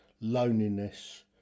loneliness